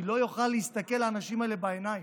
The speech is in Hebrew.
אני לא אוכל להסתכל לאנשים האלה בעיניים.